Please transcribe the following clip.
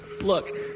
Look